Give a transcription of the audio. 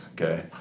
okay